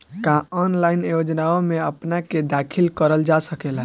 का ऑनलाइन योजनाओ में अपना के दाखिल करल जा सकेला?